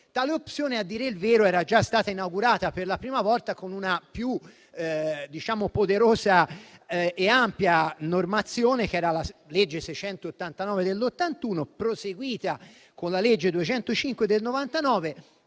Tale opzione, a dire il vero, era già stata inaugurata per la prima volta con una più poderosa e ampia normazione, che era la legge n. 689 del 1981, proseguita con la legge n. 205 del 1999.